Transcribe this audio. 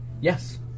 Yes